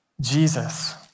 Jesus